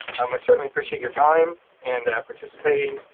um i certainly appreciate your time and participating.